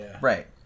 Right